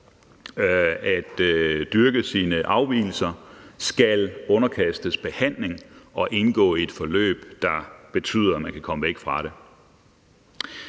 at dyrke sine afvigelser skal underkastes behandling og indgå i et forløb, der betyder, at man kan komme væk fra det.